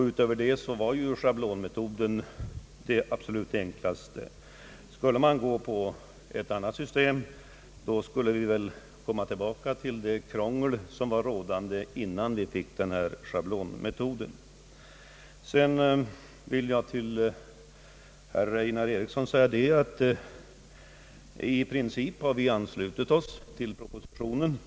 Dessutom var schablonmetoden det absolut enklaste, Skulle vi välja ett annat system skulle vi komma tillbaka till det krångel som rådde innan vi fick schablonmetoden. Till herr Einar Eriksson vill jag säga att vi i princip har anslutit oss till propositionens förslag.